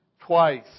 twice